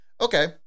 Okay